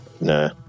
Nah